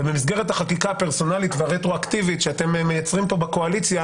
ובמסגרת החקיקה הפרסונלית והרטרואקטיבית שאתם מייצרים פה בקואליציה